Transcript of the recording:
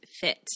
fit